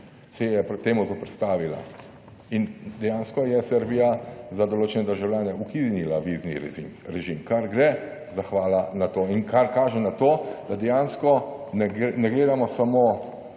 proti temu zoperstavila. In dejansko je Srbija za določene državljane ukinila vizni režim, čemur gre zahvala, saj kar kaže, da dejansko ne gledamo samo